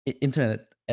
internet